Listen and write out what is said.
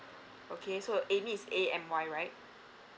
okay so amy is A M Y right